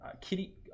Kitty